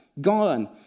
gone